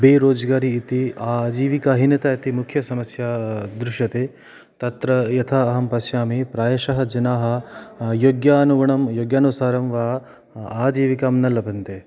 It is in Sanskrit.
बेरोजगारि इति आजीविकाहीनता इति मुख्यसमस्या दृश्यते तत्र यथा अहं पश्यामि प्रायशः जनाः योग्यानुगुणं योग्यानुसारं वा आजीविकां न लभन्ते